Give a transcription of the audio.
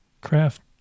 craft